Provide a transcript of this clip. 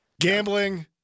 Gambling